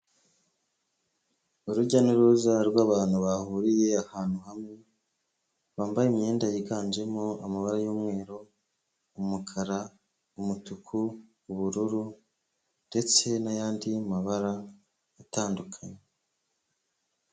Urujya n'uruza rw'abantu bahuriye ahantu hamwe, bambaye imyenda yiganjemo amabara y'umweru, umukara, umutuku, ubururu ndetse n'ayandi mabara atandukanye.